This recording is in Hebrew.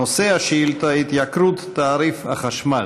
נושא השאילתה: התייקרות תעריף החשמל.